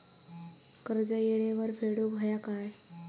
कर्ज येळेवर फेडूक होया काय?